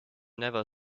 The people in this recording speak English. never